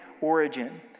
origin